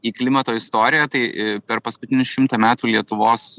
į klimato istoriją tai per paskutinius šimtą metų lietuvos